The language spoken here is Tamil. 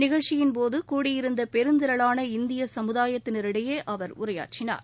நிகழ்ச்சியின்போது கூடியிருந்த பெருந்திரளான இந்திய சமுதாயத்தினரிடையே அவர் உரையாற்றினார்